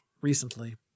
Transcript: recently